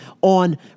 on